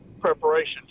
preparation